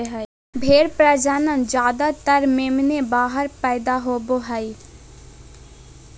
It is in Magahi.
भेड़ प्रजनन ज्यादातर मेमने बाहर पैदा होवे हइ